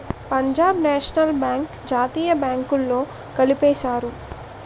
Punjab National Bank జాతీయ బ్యాంకుల్లో కలిపేశారు